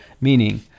meaning